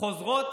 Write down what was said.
חוזרות